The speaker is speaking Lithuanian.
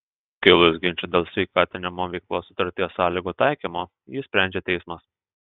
kilus ginčui dėl sveikatinimo veiklos sutarties sąlygų taikymo jį sprendžia teismas